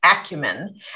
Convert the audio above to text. acumen